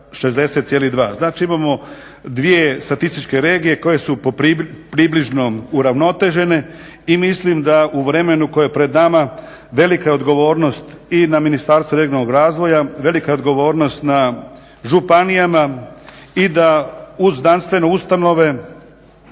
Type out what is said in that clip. Znači imamo dvije statističke regije koje su popribližno uravnotežene i mislim da u vremenu koje je pred nama velika je odgovornost i na Ministarstvu regionalnog razvoja, velika je odgovornost na županijama i da uz znanstvene ustanove,